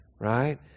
right